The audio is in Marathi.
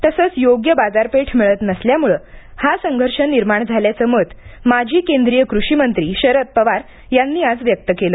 तसंच योग्य बाजारपेठ मिळत नसल्यामुळं हा संघर्ष निर्माण झाल्याचं मत माजी केंद्रीय कृषिमंत्री शरद पवार यांनी आज व्यक्त केलं